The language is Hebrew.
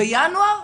בינואר,